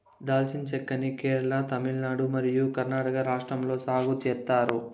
దాల్చిన చెక్క ని కేరళ, తమిళనాడు మరియు కర్ణాటక రాష్ట్రాలలో సాగు చేత్తారు